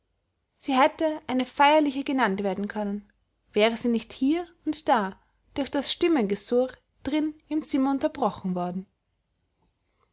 sie hätte eine feierliche genannt werden können wäre sie nicht hier und da durch das stimmengesurr drin im zimmer unterbrochen worden